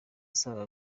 asaba